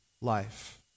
life